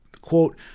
quote